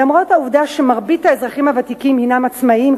למרות העובדה שמרבית האזרחים הוותיקים הם עצמאים,